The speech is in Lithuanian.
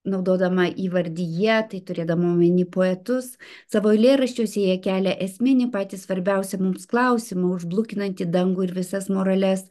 naudodama įvardį jie tai turėdama omenyje poetus savo eilėraščiuose jie kelia esminį patį svarbiausią klausimą už blukinanti dangų ir visas morales